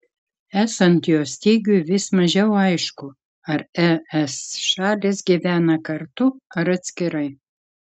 esant jo stygiui vis mažiau aišku ar es šalys gyvena kartu ar atskirai